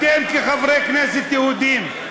אתם כחברי כנסת יהודים,